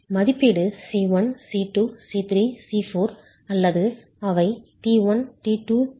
மதிப்பீடு C 1 C 2 C 3 C 4 அல்லது அவை T1 T2 T3 T 4 ஆகலாம்